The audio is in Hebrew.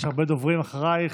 יש הרבה דוברים אחרייך.